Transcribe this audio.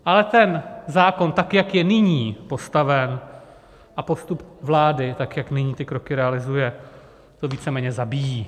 Ale ten zákon, tak jak je nyní postaven, a postup vlády, jak nyní ty kroky realizuje, to víceméně zabíjí.